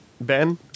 Ben